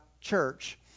church